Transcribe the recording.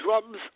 drums